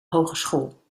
hogeschool